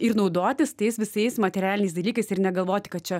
ir naudotis tais visais materialiais dalykais ir negalvoti kad čia